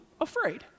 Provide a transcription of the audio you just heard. afraid